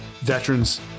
veterans